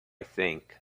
think